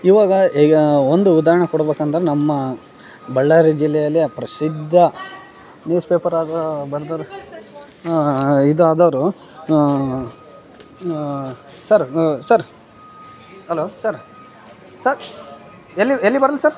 ಇವಾಗ ಈಗ ಒಂದು ಉದಾಹರ್ಣೆ ಕೊಡ್ಬೇಕು ಅಂದ್ರೆ ನಮ್ಮ ಬಳ್ಳಾರಿ ಜಿಲ್ಲೆಯಲ್ಲಿ ಪ್ರಸಿದ್ಧ ನ್ಯೂಸ್ಪೇಪರ್ ಅದ ಬರ್ದರ ಇದಾದರು sir sir hello sir sir ಎಲ್ಲಿಗೆ ಎಲ್ಲಿ ಬರ್ಲಿ ಸರ್